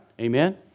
Amen